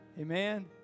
Amen